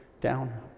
down